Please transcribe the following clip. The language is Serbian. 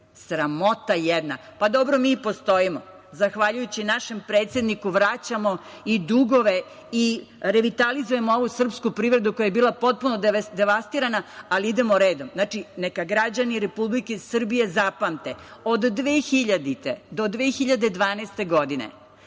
Sramota jedna. Pa, dobro mi i postojimo. Zahvaljujući našem predsedniku, vraćamo i dugove i revitalizujemo ovu srpsku privredu koja je bila potpuno devastirana, ali idemo redom. Znači, neka građani Republike Srbije zapamte, od 2000. do 2012. godine,